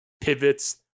pivots